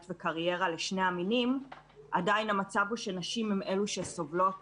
לקריירה עבור שני המינים עדיין המצב הוא שנשים הן אלו שסובלות